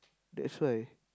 that's why